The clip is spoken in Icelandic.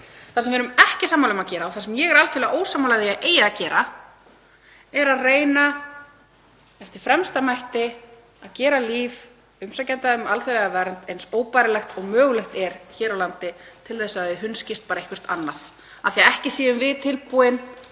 Það sem við erum ekki sammála um að gera og það sem ég er algjörlega ósammála að eigi að gera er að reyna af fremsta megni að gera líf umsækjenda um alþjóðlega vernd eins óbærilegt og mögulegt er hér á landi til þess að þeir hunskist eitthvert annað því að við séum ekki tilbúin